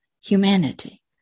humanity